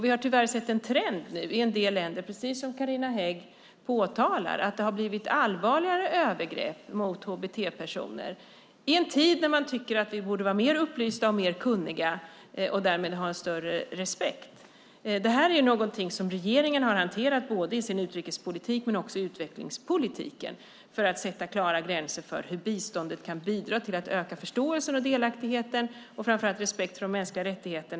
Vi har tyvärr sett en trend i en del länder, precis som Carina Hägg påtalar, att det har blivit allvarligare övergrepp mot hbt-personer, i en tid när vi tycker att vi borde vara mer upplysta och kunniga och därmed ha större respekt. Det här är något som regeringen har hanterat i både utrikespolitiken och utvecklingspolitiken för att sätta klara gränser för hur biståndet kan bidra till att öka förståelse och delaktighet och respekt för mänskliga rättigheter.